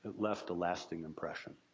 left a lasting impression.